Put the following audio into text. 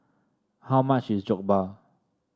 how much is Jokbal